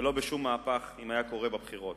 ולא בשום מהפך, אם היה קורה בבחירות.